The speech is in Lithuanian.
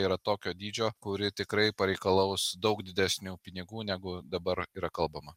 yra tokio dydžio kuri tikrai pareikalaus daug didesnių pinigų negu dabar yra kalbama